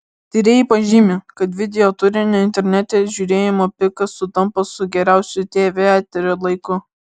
tyrėjai pažymi kad videoturinio internete žiūrėjimo pikas sutampa su geriausiu tv eterio laiku